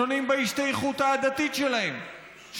שונים בהשתייכות העדתית שלהם,